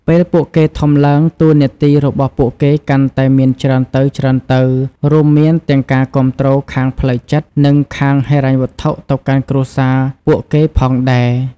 ពេលពួកគេធំឡើង តួនាទីរបស់ពួកគេកាន់តែមានច្រើនទៅៗ រួមមានទាំងការគាំទ្រខាងផ្លូវចិត្ត និងខាងហិរញ្ញវត្ថទៅកាន់គ្រួសារពួកគេផងដែរ។